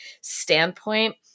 standpoint